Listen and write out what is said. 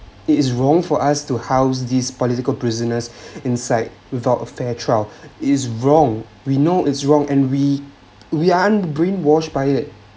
it is wrong for us to house these political prisoners inside without a fair trial is wrong we know is wrong and we we are brainwashed by it